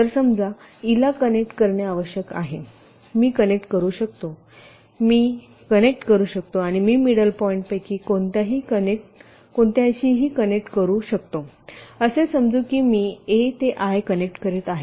तर समजा ईला कनेक्ट करणे आवश्यक आहे आणि मी मी कनेक्ट करू शकतो मी कनेक्ट करू शकतो आणि मी मिडल पॉईंटपैकी कोणत्याहीशी कनेक्ट होऊ शकते असे समजू की मी a ते i कनेक्ट करीत आहे